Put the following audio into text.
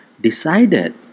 decided